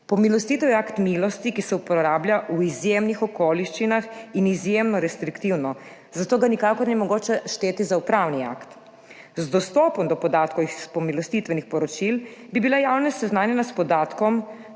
Pomilostitev je akt milosti, ki se uporablja v izjemnih okoliščinah in izjemno restriktivno, zato ga nikakor ni mogoče šteti za upravni akt. Z dostopom do podatkov iz pomilostitvenih poročil bi bila javnost seznanjena s podatkom